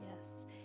Yes